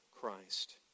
Christ